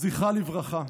זכרה לברכה.